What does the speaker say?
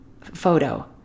photo